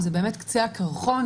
וזה רק קצה קרחון,